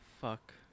Fuck